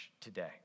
today